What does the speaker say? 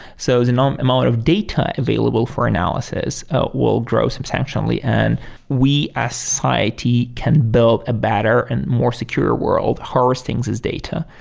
so the and um amount of data available for analysis will grow substantially, and we as society can build a better and more secure world harvesting these data.